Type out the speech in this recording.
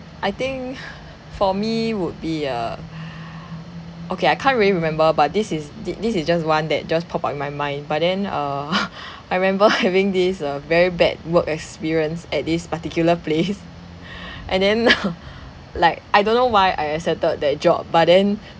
I think for me would be err okay I can't really remember but this is this is just one that just pop up in my mind but then uh I remember having this very bad work experience at this particular place and then now like I don't know why I accepted that job but then